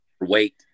weight